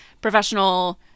professional